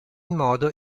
modo